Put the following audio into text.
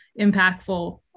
impactful